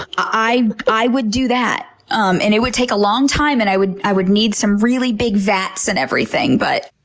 i i would do that. um and it would take a long time and i would i would need some really big vats and everything, but,